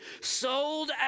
sold